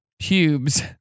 pubes